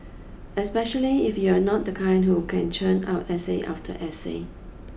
especially if you're not the kind who can churn out essay after essay